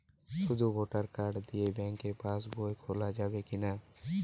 শুধু voter card দিয়ে bank pass বই খোলা যাবে কিনা?